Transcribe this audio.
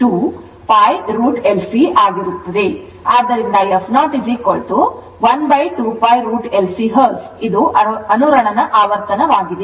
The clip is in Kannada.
ಆದ್ದರಿಂದ f 0 12 pi√ L C Hz ಇದು ಅನುರಣನ ಆವರ್ತನವಾಗಿದೆ